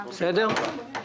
בסדר?